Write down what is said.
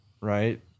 right